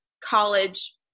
college